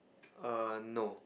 err no